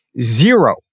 Zero